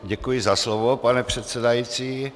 Děkuji za slovo, pane předsedající.